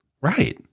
Right